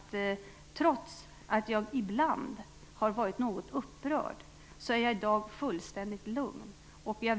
Trots att jag ibland har varit något upprörd är jag i dag fullständigt lugn.